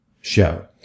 show